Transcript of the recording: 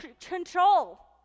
control